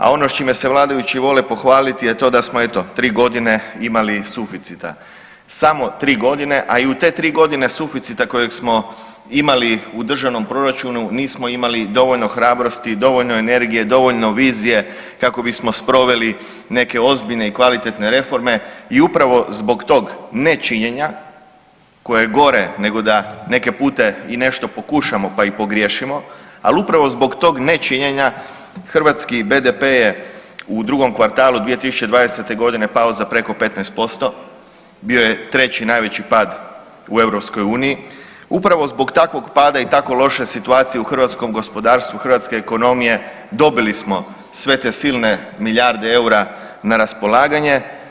A ono s čime se vladajući vole pohvaliti je to da smo eto tri godine imali suficita, samo tri godine, a i u te tri godine suficita kojeg smo imali u državnom proračunu nismo imali dovoljno hrabrosti, dovoljno energije, dovoljno vizije kako bismo sproveli neke ozbiljne i kvalitetne reforme i upravo zbog tog nečinjenja koje je gore da neke pute i nešto pokušam po i pogriješimo, ali upravo zbog tog nečinjenja hrvatski BDP je u drugom kvartalu 2020.g. pao za preko 15% bio je treći najveći pad u EU, upravo zbog takvog pada i tako loše situacije u hrvatskom gospodarstvu hrvatske ekonomije dobili smo sve te silne milijarde eura na raspolaganje.